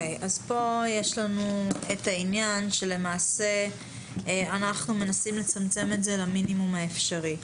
כאן יש לנו את העניין שלמעשה אנחנו מנסים לצמצם את זה למינימום האפשרי.